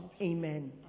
Amen